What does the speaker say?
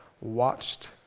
watched